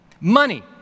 Money